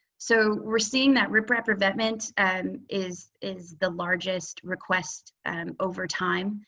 so we're seeing that rip rap revetment and is is the largest request and over time,